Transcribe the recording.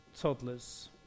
toddlers